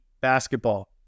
basketball